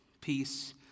peace